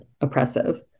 oppressive